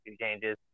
changes